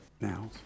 now